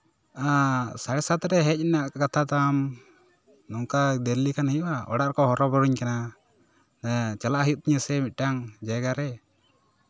ᱟ ᱥᱟᱲᱮ ᱥᱟᱛ ᱨᱮ ᱦᱮᱡ ᱨᱮᱱᱟᱜ ᱠᱟᱛᱷᱟ ᱛᱟᱢ ᱱᱚᱝᱠᱟ ᱫᱮᱨᱤ ᱞᱮᱠᱷᱟᱱ ᱦᱩᱭᱩᱜᱼᱟ ᱚᱲᱟᱜ ᱨᱮᱠᱚ ᱦᱚᱨᱚ ᱵᱚᱨᱚᱧ ᱠᱟᱱᱟ ᱮᱸ ᱪᱟᱞᱟᱜ ᱦᱩᱭᱩᱜ ᱛᱤᱧᱟ ᱥᱮ ᱢᱤᱫᱴᱟᱝ ᱡᱟᱭᱜᱟ ᱨᱮ